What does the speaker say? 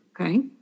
Okay